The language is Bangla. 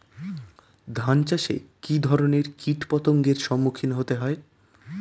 ধান চাষে কী ধরনের কীট পতঙ্গের সম্মুখীন হতে হয়?